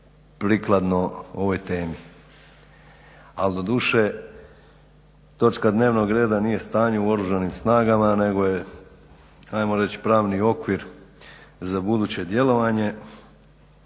prikladno ovoj temi, ali doduše točka dnevnog reda nije stanje u oružanim snagama nego je ajmo reći pravni okvir za buduće djelovanje,